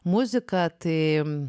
muziką tai